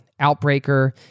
Outbreaker